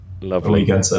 Lovely